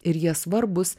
ir jie svarbūs